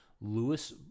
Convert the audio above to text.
Lewis